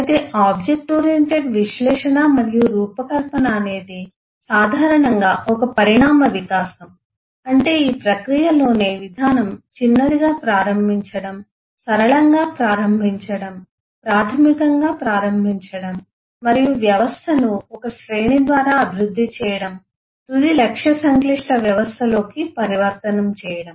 అయితే object oriented విశ్లేషణ మరియు రూపకల్పన అనేది సాధారణంగా ఒక పరిణామ వికాసం అంటే ఈ ప్రక్రియలోనే విధానం చిన్నదిగా ప్రారంభించడం సరళంగా ప్రారంభించడం ప్రాథమికంగా ప్రారంభించడం మరియు వ్యవస్థను ఒక శ్రేణి ద్వారా అభివృద్ధి చేయడం తుది లక్ష్య సంక్లిష్ట వ్యవస్థలోకి పరివర్తనం చేయడం